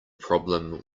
problem